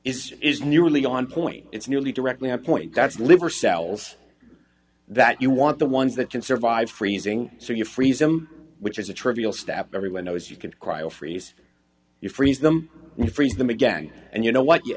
is is nearly on point it's nearly directly on point that's liver cells that you want the ones that can survive freezing so you freeze them which is a trivial step everyone knows you could cry or freeze you freeze them and freeze them again and you know what you